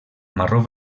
marró